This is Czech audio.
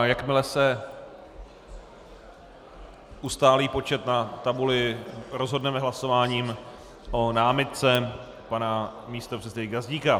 Jakmile se ustálí počet na tabuli, rozhodneme hlasováním o námitce pana místopředsedy Gazdíka.